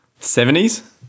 70s